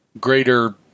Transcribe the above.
greater